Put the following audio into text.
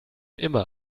immer